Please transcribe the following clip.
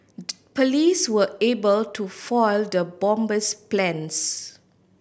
police were able to foil the bomber's plans